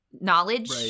knowledge